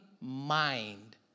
mind